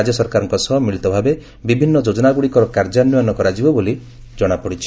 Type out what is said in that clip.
ରାଜ୍ୟ ସରକାରଙ୍କ ସହ ମିଳିତଭାବେ ବିଭିନ୍ନ ଯୋଜନାଗ୍ରଡିକ କାର୍ଯ୍ୟାନ୍ୱୟନ କରାଯିବ ବୋଲି ଜଣାପଡିଛି